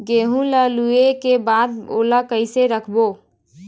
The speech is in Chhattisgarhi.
गेहूं ला लुवाऐ के बाद ओला कइसे राखबो?